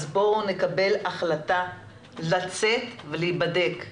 אז בואו נקבל החלטה לצאת ולהבדק.